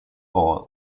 all